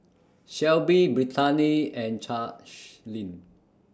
Shelbi Brittaney and Charleen